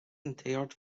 interred